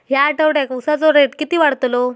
या आठवड्याक उसाचो रेट किती वाढतलो?